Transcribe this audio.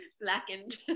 Blackened